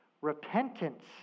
repentance